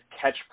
catch